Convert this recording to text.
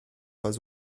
pas